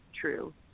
true